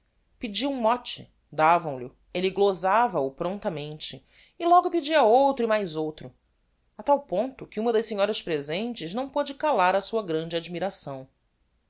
pedia um mote davam lho elle glosava o promptamente e logo pedia outro e mais outro a tal ponto que uma das senhoras presentes não pôde calar a sua grande admiração